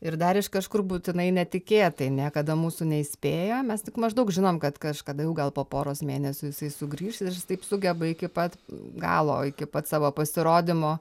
ir dar iš kažkur būtinai netikėtai niekada mūsų neįspėjo mes tik maždaug žinojom kad kažkada jau gal po poros mėnesių jisai sugrįš ir jis taip sugeba iki pat galo iki pat savo pasirodymo